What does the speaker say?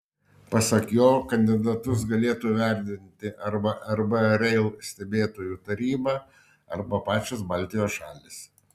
pasak jo kandidatus galėtų vertinti arba rb rail stebėtojų taryba arba pačios baltijos šalys